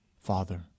Father